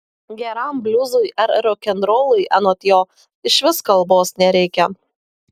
geram bliuzui ar rokenrolui anot jo išvis kalbos nereikia